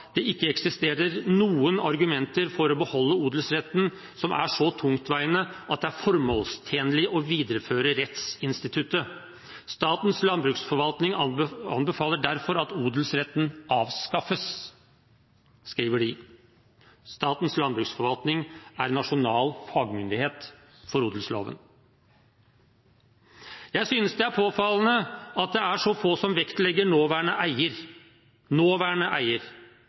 «det ikke eksisterer noen argumenter for å beholde odelsretten som er så tungtveiende at det er formålstjenlig å videreføre rettsinstituttet. SLF anbefaler derfor at odelsretten avskaffes». Det skriver de – og Statens landbruksforvaltning er nasjonal fagmyndighet for odelsloven. Jeg synes det er påfallende at det er så få som vektlegger nåværende eier – nåværende eier